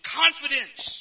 confidence